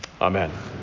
Amen